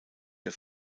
der